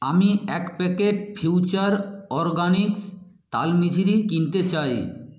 আমি এক packet Future Organics তাল মিছরি কিনতে চাই